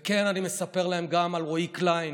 וכן, אני מספר להם גם על רועי קליין,